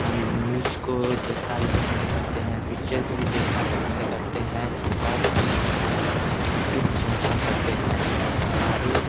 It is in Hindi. हम न्यूज़ को देखना भी पसंद करते हैं पिचर्प भी देखना पसंद करते हैं और हम इसकी प्रशंसा करते हैं हमारे